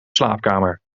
slaapkamer